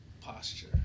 posture